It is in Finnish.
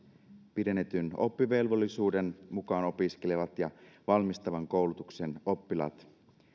pidennetyn oppivelvollisuuden mukaan opiskelevat ja valmistavan koulutuksen oppilaat